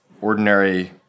ordinary